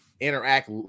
interact